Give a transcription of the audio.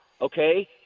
okay